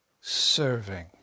serving